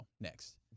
next